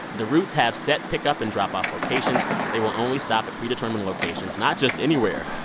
the routes have set pick-up and drop-off locations. they will only stop at predetermined locations, not just anywhere.